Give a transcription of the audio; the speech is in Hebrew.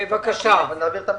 אני אעביר את המסר.